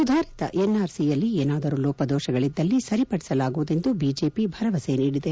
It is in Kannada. ಸುಧಾರಿತ ಎನ್ಆರ್ಸಿಯಲ್ಲಿ ಏನಾದರೂ ಲೋಪದೋಪಗಳಿದ್ದಲ್ಲಿ ಸರಿಪಡಿಸಲಾಗುವುದೆಂದು ಬಿಜೆಪಿ ಭರವಸೆ ನೀಡಿದೆ